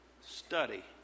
study